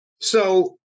So-